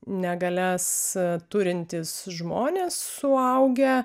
negalias turintys žmonės suaugę